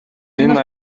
энэ